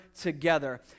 together